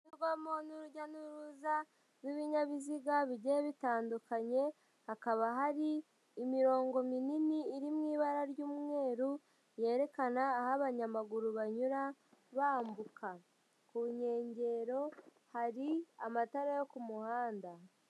Hashyirwamo n’urujya n’uruza rw’ibinyabiziga bigiye bitandukanye, hakaba hari imirongo minini iri mu ibara ry’umweru yerekana aho abanyamaguru banyura bambuka. Ku nkengero hari amatara yo ku muhanda.